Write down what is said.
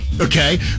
Okay